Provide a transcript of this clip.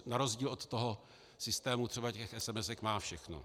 Na rozdíl od toho systému třeba těch SMS má všechno.